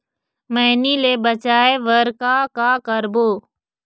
मैनी ले बचाए बर का का करबो?